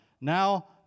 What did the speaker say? now